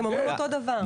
אתם אומרים אותו הדבר.